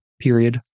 Period